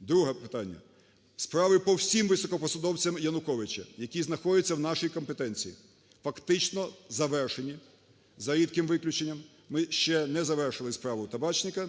Друге питання. Справи по всім високопосадовцям Януковича, які знаходяться в нашій компетенції, фактично завершені за рідким виключенням – ми ще не завершили справу Табачника,